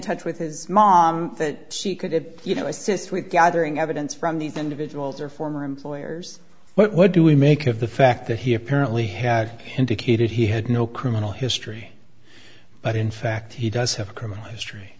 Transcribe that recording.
touch with his mom that she could you know assist with gathering evidence from these individuals or former employers but what do we make of the fact that he apparently had indicated he had no criminal history but in fact he does have a criminal history